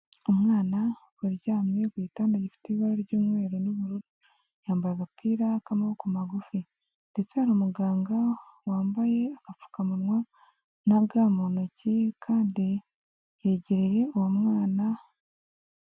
Umwana uryamye ku gitanda gifite ibara ry'umweru n'ubururu yambaye agapira k'amaboko magufi ndetse hari umuganga wambaye agapfukamunwa na ga mu ntoki kandi yegereye uwo mwana.